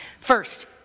First